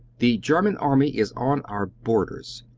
the german army is on our borders!